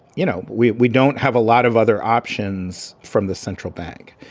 you know, we we don't have a lot of other options from the central bank,